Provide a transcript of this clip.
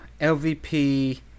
LVP